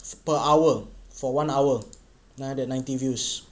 per hour for one hour nine hundred ninety views